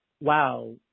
wow